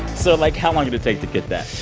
so, like, how long did it take to get that?